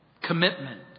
commitment